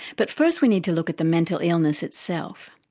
but first we need to look at the mental illness itself.